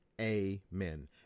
amen